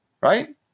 right